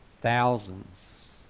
Thousands